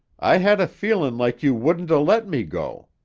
i had a feelin' like you wouldn't a let me go.